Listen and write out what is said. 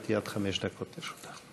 בבקשה, גברתי, עד חמש דקות לרשותך.